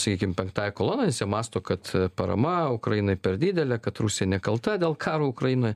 sakykim penktąja kolona mąsto kad parama ukrainai per didelė kad rusija nekalta dėl karo ukrainoje